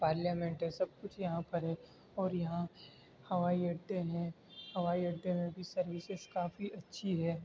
parliament ہے سب کچھ یہاں پر ہے اور یہاں ہوائی اڈے ہیں ہوائی اڈے میں بھی سروسس کافی اچھی ہے